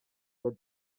that